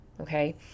okay